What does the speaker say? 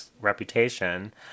reputation